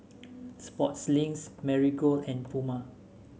Sportslink Marigold and Puma